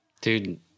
Dude